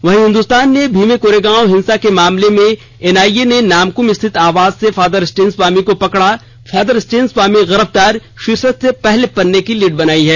वहीं हिन्दुस्तान ने भीमापोरेगाव हिंसा के मामले में एनआईए ने नामकुम स्थित आवास से स्वामी को पकडा फादर स्टेन स्वामी गिरफतार भाीर्शक से पहले पन्ने की लीड बनाई है